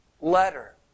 letter